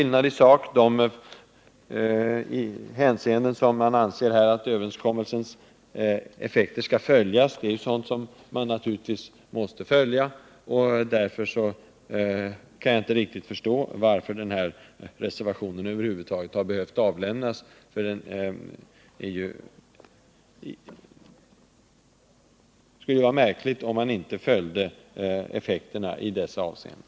Man säger i reservationen att det är angeläget att överenskommelsen följs upp, så att de avsedda effekterna uppnås. Naturligtvis anser också jag att man måste bevaka detta, och därför kan jag inte riktigt förstå varför den här reservationen över huvud taget har behövt avlämnas. Det skulle ju vara märkligt om man inte följde effekterna i dessa avseenden.